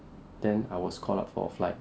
then I was called up for a flight